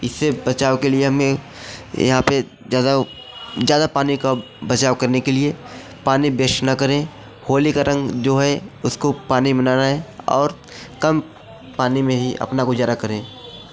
इससे बचाव के लिए हमें यहाँ पर ज़्यादा ज़्यादा पानी का बचाव करने के लिए पानी बेस्ट न करें होली का रंग जो है उसको पानी में न डालें और कम पानी में ही अपना गुज़ारा करें